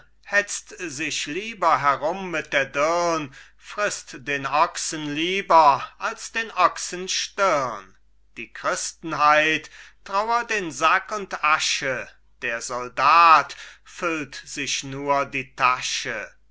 hetzt sich lieber herum mit der dirn frißt den ochsen lieber als den oxenstirn die christenheit trauert in sack und asche der soldat füllt sich nur die tasche